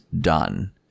done